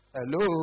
Hello